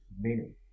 meaning